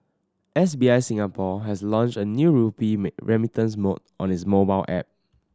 S B I Singapore has launched a new rupee remittance mode on its mobile app